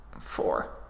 Four